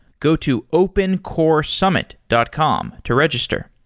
go to opencoresummit dot com to register.